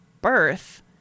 birth